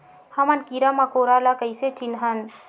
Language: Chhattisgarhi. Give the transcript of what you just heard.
हमन कीरा मकोरा ला कइसे चिन्हन?